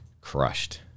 crushed